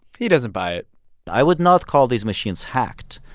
he doesn't buy it i would not call these machines hacked.